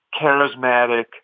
charismatic